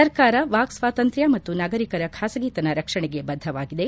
ಸರ್ಕಾರ ವಾಕ್ ಸ್ವಾತಂತ್ರ್ಯ ಮತ್ತು ನಾಗರಿಕರ ಬಾಸಗಿತನ ರಕ್ಷಣೆಗೆ ಬದ್ಧವಾಗಿದೆ